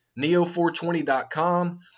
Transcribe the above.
Neo420.com